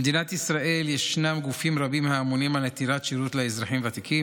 במדינת ישראל ישנם גופים רבים האמונים על נתינת שירות לאזרחים ותיקים.